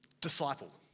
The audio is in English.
disciple